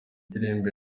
imbere